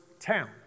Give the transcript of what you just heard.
town